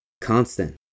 constant